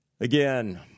Again